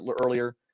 earlier